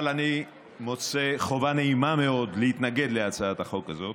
אבל אני מוצא שזו חובה נעימה מאוד להתנגד להצעת החוק הזאת.